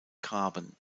graben